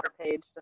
page